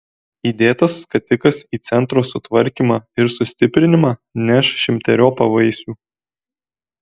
įdėtas skatikas į centro sutvarkymą ir sustiprinimą neš šimteriopą vaisių